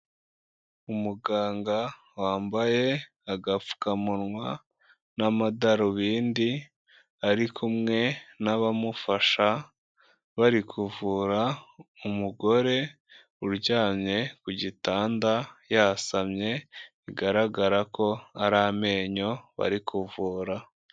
Umuganga wambaye agapfukamunwa n'amadarubindi ari kumwe n'abamufasha, bari kuvura umugore uryamye ku gitanda yasamye, bigaragara ko ari amenyo bari kuvura.